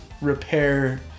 repair